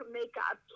makeup